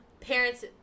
parents